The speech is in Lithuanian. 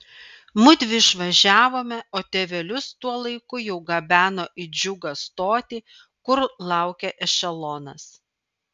mudvi išvažiavome o tėvelius tuo laiku jau gabeno į džiugą stotį kur laukė ešelonas